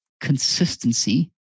consistency